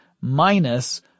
minus